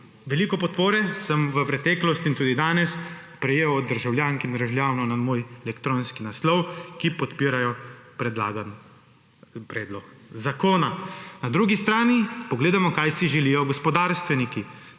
Veliko podpore sem v preteklosti in tudi danes prejel od državljank in državljanov na svoj elektronski naslov, ki podpirajo predlagani predlog zakona. Na drugi strani pogledamo, kaj si želijo gospodarstveniki.